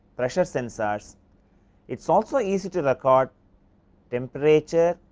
pressure sensors it is also easy to record temperature,